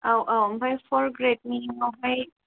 औ औ आमफाइ पर ग्रेदनिआवहाय